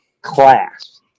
class